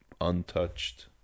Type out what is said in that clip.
untouched